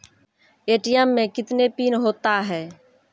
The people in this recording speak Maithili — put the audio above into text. ए.टी.एम मे कितने पिन होता हैं?